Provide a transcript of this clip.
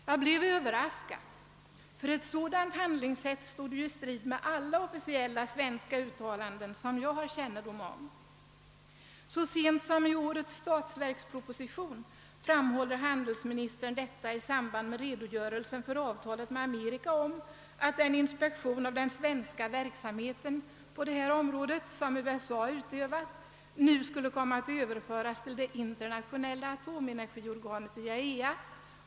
Jag blev överraskad, ty ett sådant handlingssätt stod i strid med alla officiella svenska uttalanden som jag har kännedom om. Så sent som i årets statsverksproposition gjorde handelsministern ett sådant uttalande i samband med redogörelsen för pågående diskussioner om avtal med Amerika om att den inspektion av den svenska verksamheten på detta område som USA utövar nu skulle komma att överföras till internationella atomenergiorganet IAEA.